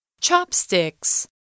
Chopsticks